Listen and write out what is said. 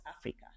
Africa